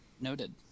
Noted